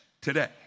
today